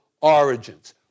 origins